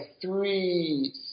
three